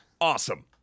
Awesome